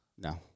No